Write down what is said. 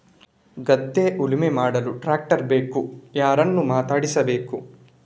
ಗದ್ಧೆ ಉಳುಮೆ ಮಾಡಲು ಟ್ರ್ಯಾಕ್ಟರ್ ಬೇಕು ಯಾರನ್ನು ಮಾತಾಡಿಸಬೇಕು?